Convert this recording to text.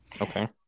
Okay